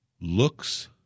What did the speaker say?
looks